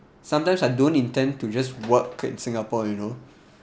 sometimes I don't intend to just work in singapore you know